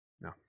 No